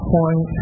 Point